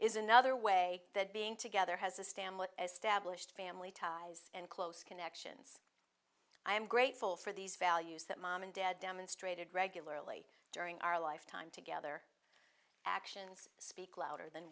is another way that being together has a stamp as stablished family ties and close connections i am grateful for these values that mom and dad demonstrated regularly during our lifetime together actions speak louder than